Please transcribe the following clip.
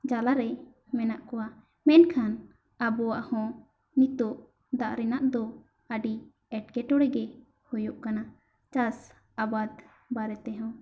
ᱡᱟᱞᱟ ᱨᱮ ᱢᱮᱱᱟᱜ ᱠᱚᱣᱟ ᱢᱮᱱᱠᱷᱟᱱ ᱟᱵᱚᱣᱟᱜ ᱦᱚᱸ ᱱᱤᱛᱚᱜ ᱫᱟᱜ ᱨᱮᱱᱟᱜ ᱫᱚ ᱟᱹᱰᱤ ᱮᱸᱴᱠᱮᱴᱚᱬᱮ ᱜᱮ ᱦᱩᱭᱩᱜ ᱠᱟᱱᱟ ᱪᱟᱥ ᱟᱵᱟᱫᱽ ᱵᱟᱨᱮ ᱛᱮᱦᱚᱸ